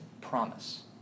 promise